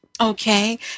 Okay